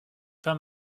pas